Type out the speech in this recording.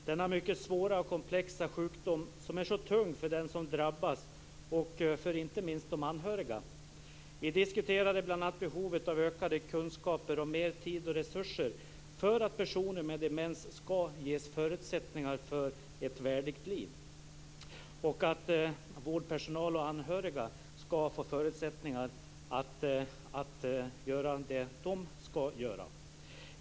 Fru talman! Jag deltog i går i en debatt om demenssjukdom. Det är en mycket svår och komplicerad sjukdom som är så tung för den som drabbas och inte minst för de anhöriga. Vi diskuterade bl.a. behovet av ökade kunskaper och mer tid och resurser för att personer med demens ska ges förutsättningar för ett värdigt liv och att vårdpersonal och anhöriga ska få förutsättningar att göra det de ska göra.